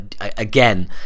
again